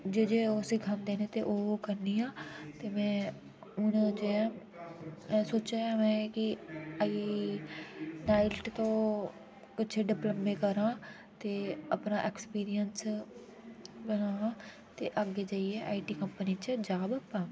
जे जे ओह् सिखांदे ने ते ओह् ओह् करनी आं ते में हून जे सोचेआ में कि इक आईलाइट तों कुछ डिप्लोमे करां ते अपना ऐक्सपीरियंस बनां ते अग्गे जाइयै आईटी कम्पनी च जाब पां